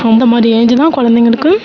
அந்தமாதிரி ஏஜ்ஜுதான் குழந்தைங்களுக்கு